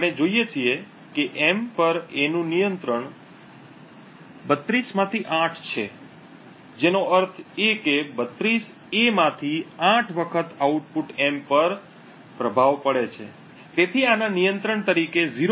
આપણે જોઈએ છીએ કે M પર A નું નિયંત્રણ 32 માંથી 8 છે જેનો અર્થ એ કે 32 A માંથી 8 વખત આઉટપુટ M પર પ્રભાવ પડે છે તેથી આના નિયંત્રણ તરીકે 0